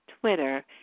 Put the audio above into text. Twitter